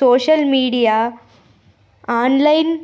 social media online